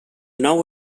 nou